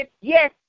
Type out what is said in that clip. yes